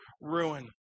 ruin